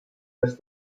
als